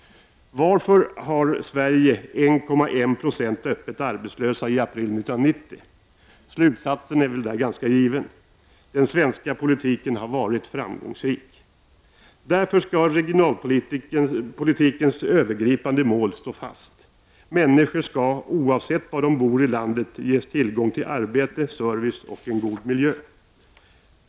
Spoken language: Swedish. Varför har Sverige 1,1 90 öppet arbetslösa i april 1990? Slutsatsen är väl ganska given — den svenska politiken har varit framgångsrik. Därför skall regionalpolitikens övergripande mål stå fast — människor skall, oavsett var de bor i landet, ges tillgång till arbete, service och en god miljö.